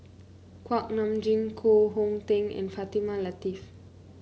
Kuak Nam Jin Koh Hong Teng and Fatimah Lateef